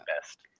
best